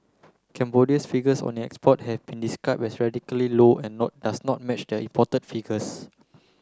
Cambodia's figures on its export have been as radically low and not does not match the imported figures